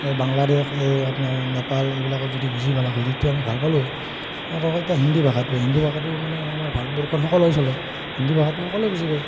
এই বাংলাদেশ এই আপোনাৰ নেপাল এইবিলাকত যদি বুজি পালাক হয় তেতিয়াহ'লে আমি ভাল পালোঁ হয় আৰু ধৰক এতিয়া হিন্দী ভাষাটোৱে হিন্দী ভাষাটো মানে আমাৰ ভাৰতবৰ্ষৰ সকলোতে চলে হিন্দী ভাষাটো সকলোৱে বুজি পায়